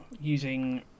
using